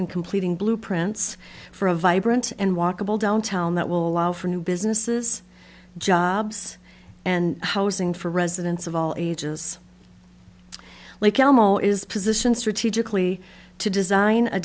in completing blueprints for a vibrant and walkable downtown that will allow for new businesses jobs and housing for residents of all ages like elmo is positioned strategically to design